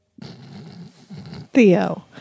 Theo